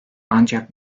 ancak